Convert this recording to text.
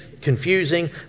confusing